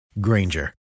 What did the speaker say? Granger